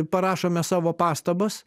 parašome savo pastabas